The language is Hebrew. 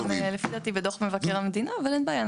יש את זה גם לפי דעתי בדוח מבקר המדינה אבל אין בעיה,